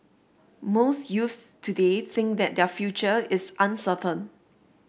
most youths today think that their future is uncertain